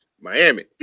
Miami